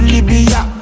Libya